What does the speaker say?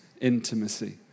intimacy